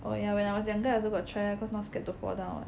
oh yah when I was younger I also got try lah cause not scared to fall down [what]